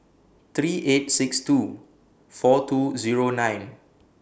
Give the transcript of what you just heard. three eight six two four two Zero nine